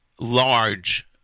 large